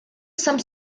some